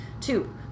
Two